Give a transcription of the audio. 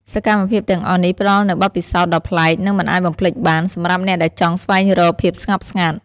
សកម្មភាពទាំងអស់នេះផ្តល់នូវបទពិសោធន៍ដ៏ប្លែក និងមិនអាចបំភ្លេចបានសម្រាប់អ្នកដែលចង់ស្វែងរកភាពស្ងប់ស្ងាត់។